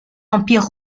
empire